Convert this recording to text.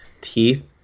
teeth